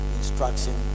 instruction